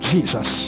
Jesus